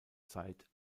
zeit